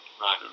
Right